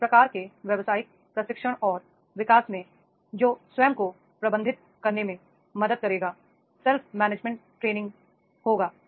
इस प्रकार के व्यावसायिक प्रशिक्षण और विकास में जो स्वयं को प्रबंधित करने में मदद करेगा सेल्फ मैनेजमेंट ट्रे निंग होगा